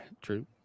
true